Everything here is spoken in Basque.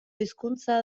hizkuntza